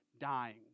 dying